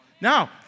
Now